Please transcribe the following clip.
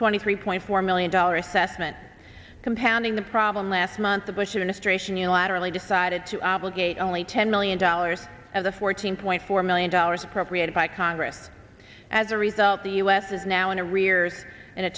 twenty three point four million dollar assessment compounding the problem last month the bush administration unilaterally decided to obligate only ten million dollars as a fourteen point four million dollars appropriated by congress as a result the u s is now in a